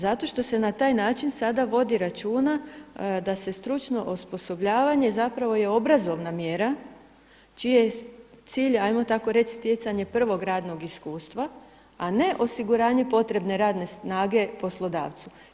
Zato što se na taj način sada vodi računa da se stručno osposobljavanje je obrazovna mjera čiji je cilj, ajmo tako reći stjecanje prvog radnog iskustva, a ne osiguranje potrebne radne snage poslodavcu.